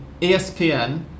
ESPN